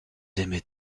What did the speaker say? aimaient